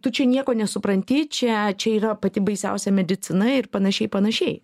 tu čia nieko nesupranti čia čia yra pati baisiausia medicina ir panašiai panašiai